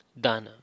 Dana